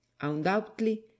undoubtedly